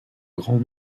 grand